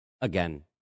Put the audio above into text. again